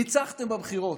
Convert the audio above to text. ניצחתם בבחירות.